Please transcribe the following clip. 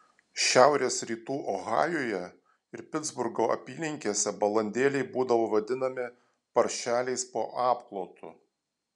šiaurės rytų ohajuje ir pitsburgo apylinkėse balandėliai būdavo vadinami paršeliais po apklotu